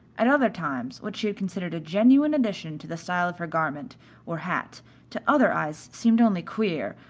at other times what she had considered a genuine addition to the style of her garment or hat to other eyes seemed only queer,